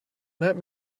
let